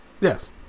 Yes